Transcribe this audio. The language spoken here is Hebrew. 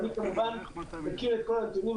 אני כמובן מכיר את כל הנתונים,